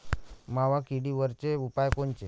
मावा किडीवरचे उपाव कोनचे?